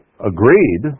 agreed